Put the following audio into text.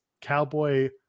Cowboy